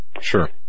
Sure